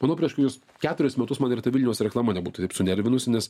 manau prieš kokius keturis metus man ir ta vilniaus reklama nebūtų taip sunervinusi nes